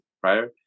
prior